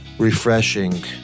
refreshing